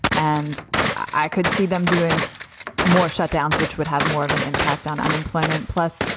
and i could see them doing more shutdowns, which would have more of an impact on unemployment. plus,